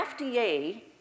FDA